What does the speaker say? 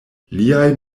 liaj